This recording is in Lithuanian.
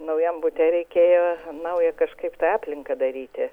naujam bute reikėjo naują kažkaip tai aplinką daryti